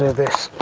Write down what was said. this